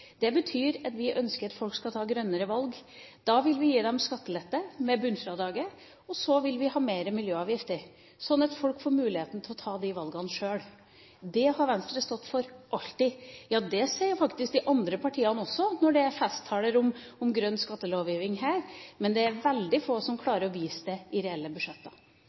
Det betyr at vi ønsker at folk skal ta grønnere valg. Da vil vi gi dem skattelette med bunnfradraget, og så vil vi ha flere miljøavgifter, sånn at folk får muligheten til å ta de valgene sjøl. Det har Venstre alltid stått for. Det sier faktisk de andre partiene også når det er festtaler om grønn skattelovgivning her, men det er veldig få som klarer å vise det i reelle budsjetter.